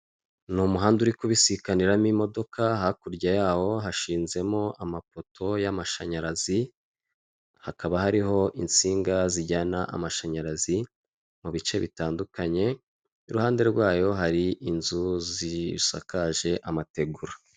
Ni umuhanda uri kubisikaniramo imodoka. Hakurya yawo hashinzemo amapoto y'amashanyarazi hakaba hariho insinga zijyana amashanyarazi mu bice bitandukanye, iruhande rwayo hari inzu zisakaje amategura.